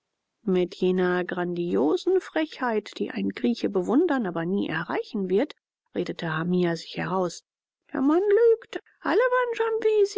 mit jener grandiosen frechheit die ein grieche bewundern aber nie erreichen wird redete hamia sich heraus der mann lügt alle